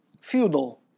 feudal